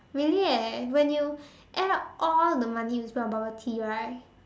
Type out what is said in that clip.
really eh when you add up all the money you spend on bubble tea right